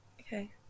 Okay